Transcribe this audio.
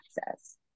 access